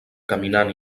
caminant